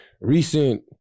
recent